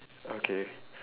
okay